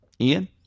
Ian